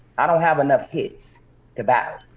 i don't have enough hits to battle.